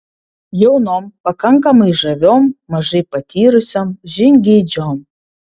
jaunom pakankamai žaviom mažai patyrusiom žingeidžiom